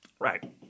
Right